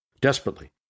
Desperately